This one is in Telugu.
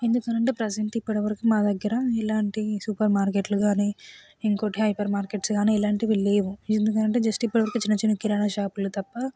ఎందుకు అంటే ప్రజెంట్ ఇప్పటివరకు మా దగ్గర ఇలాంటి సూపర్మార్కెట్లు కానీ ఇంకోటి హైపర్మార్కెట్స్ కానీ ఇలాంటివి లేవు ఎందుకు అంటే జస్ట్ ఇప్పటివరకు చిన్న చిన్న కిరాణాషాపులు తప్ప